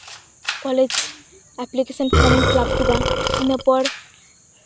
college application form ᱤᱧ fill up ᱠᱮᱫᱟ ᱤᱱᱟᱹᱯᱚᱨ